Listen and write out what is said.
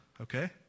okay